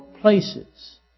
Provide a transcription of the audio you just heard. places